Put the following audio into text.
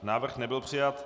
Návrh nebyl přijat.